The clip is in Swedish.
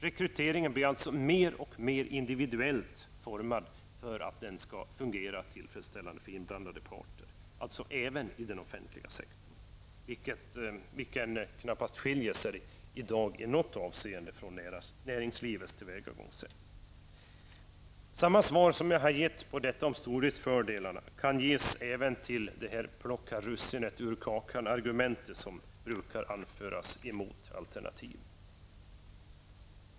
Rekryteringen blir mer och mer individuellt utformad för att den skall fungera tillfredsställande för inblandade parter, dvs. även i den offentliga sektorn, där tillvägagångssättet knappast i något avseende skiljer sig från det inom näringslivet. Samma svar som jag har gett på argumentet om stordriftsfördelar kan ges på det ''plocka russinen ur kakan''-argument som brukar anföras emot alternativ.